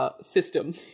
system